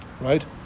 right